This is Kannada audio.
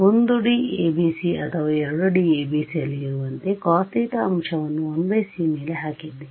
1D ABCಅಥವಾ 2 D ಎಬಿಸಿಯಲ್ಲಿ ಇರುವಂತೆ cosθ ಅಂಶವನ್ನು1c ಮೇಲೆ ಹಾಕಿದ್ದೇವೆ